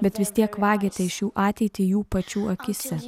bet vis tiek vagiate iš jų ateitį jų pačių akyse